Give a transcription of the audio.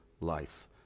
life